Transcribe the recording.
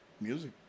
Music